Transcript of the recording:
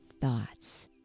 thoughts